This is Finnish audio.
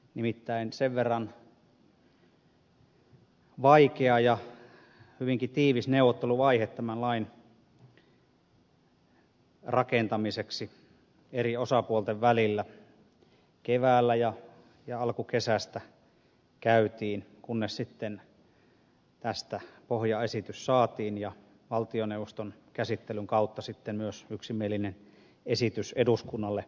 nimittäin sen verran vaikea ja hyvinkin tiivis neuvotteluvaihe tämän lain rakentamiseksi eri osapuolten välillä keväällä ja alkukesästä käytiin kunnes sitten tästä pohjaesitys saatiin ja valtioneuvoston käsittelyn kautta sitten myös yksimielinen esitys eduskunnalle annettiin